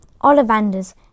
Ollivanders